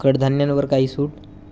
कडधान्यांवर काही सूट